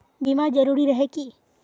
बीमा जरूरी रहे है की?